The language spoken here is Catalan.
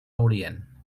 orient